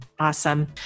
Awesome